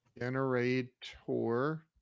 Generator